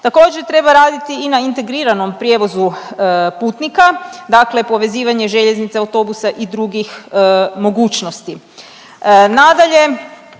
Također, treba raditi i na integriranom prijevozu putnika, dakle povezivanje željeznice, autobusa i drugih mogućnosti.